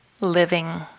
living